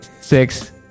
Six